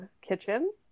kitchen